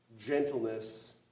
gentleness